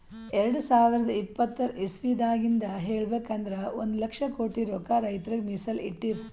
ಎರಡ ಸಾವಿರದ್ ಇಪ್ಪತರ್ ಇಸವಿದಾಗಿಂದ್ ಹೇಳ್ಬೇಕ್ ಅಂದ್ರ ಒಂದ್ ಲಕ್ಷ ಕೋಟಿ ರೊಕ್ಕಾ ರೈತರಿಗ್ ಮೀಸಲ್ ಇಟ್ಟಿರ್